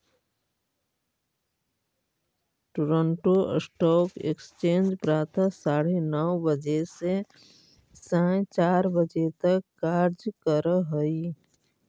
Toronto stock exchange प्रातः साढ़े नौ बजे से सायं चार बजे तक कार्य करऽ हइ